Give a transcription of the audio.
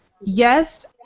yes